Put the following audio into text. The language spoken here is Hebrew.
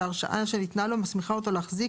שההרשאה שניתנה לו מסמיכה אותו להחזיק